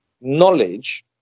knowledge